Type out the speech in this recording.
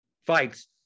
fights